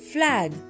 Flag